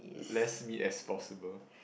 less meat as possible